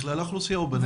בכלל האוכלוסייה או בנגב?